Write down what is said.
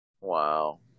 Wow